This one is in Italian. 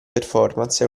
performance